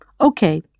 Okay